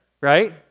right